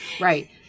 Right